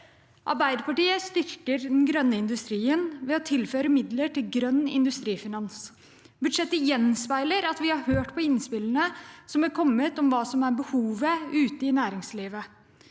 Arbeiderpartiet styrker den grønne industrien ved å tilføre midler til Grønn industrifinans. Budsjettet gjenspeiler at vi har hørt på innspillene som er kommet om hva som er behovet ute i næringslivet.